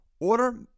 Order